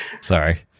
Sorry